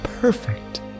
perfect